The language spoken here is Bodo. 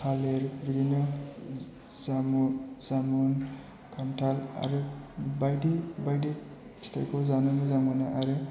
थालिर बिदिनो जामु जामुन खान्थाल आरो बायदि बायदि फिथाइखौ जानो मोजां मोनो आरो